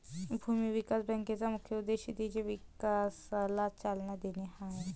भूमी विकास बँकेचा मुख्य उद्देश शेतीच्या विकासाला चालना देणे हा आहे